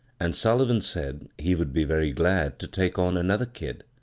and sullivan said he would be very glad to take on another kid.